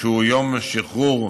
הוא יום שחרור אושוויץ,